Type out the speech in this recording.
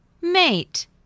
Mate